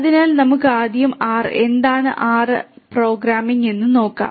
അതിനാൽ നമുക്ക് ആദ്യം R എന്താണ് R R പ്രോഗ്രാമിംഗ് എന്ന് നോക്കാം